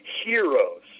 heroes